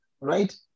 right